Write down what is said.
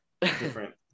different